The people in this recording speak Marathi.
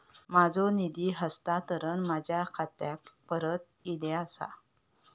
माझो निधी हस्तांतरण माझ्या खात्याक परत इले आसा